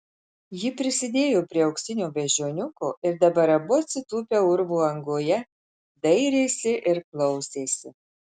ji prisidėjo prie auksinio beždžioniuko ir dabar abu atsitūpę urvo angoje dairėsi ir klausėsi